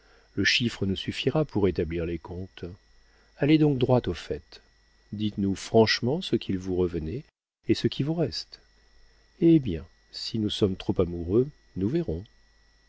le chiffre nous suffira pour établir les comptes allez donc droit au fait dites-nous franchement ce qu'il vous revenait et ce qui vous reste hé bien si nous sommes trop amoureux nous verrons